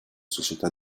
società